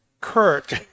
Kurt